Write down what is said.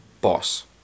boss